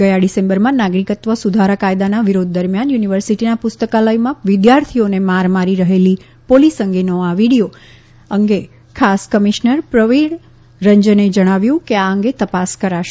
ગયા ડીસેમ્બરમાં નાગરિકત્વ સુધારા કાયદાના વિરોધ દરમિયાન યુનીવર્સીટીના પુસ્તકાલયમાં વિદ્યાર્થીઓને માર મારી રહેલી પોલીસ અંગનેા આ વીડીથો અંગે ખાસ કમિશ્નર પ્રવીર રંજને કહયું કે આ અંગે તપાસ કરાશે